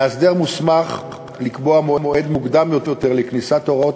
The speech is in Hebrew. מאסדר מוסמך לקבוע מועד מוקדם יותר לכניסת הוראות